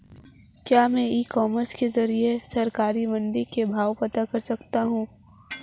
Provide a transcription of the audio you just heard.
क्या मैं e commerce के ज़रिए सरकारी मंडी के भाव पता कर सकता हूँ?